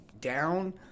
down